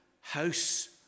house